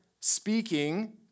speaking